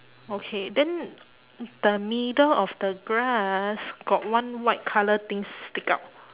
okay then the middle of the grass got one white colour thing stick out